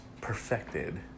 perfected